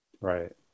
Right